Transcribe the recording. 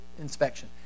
inspection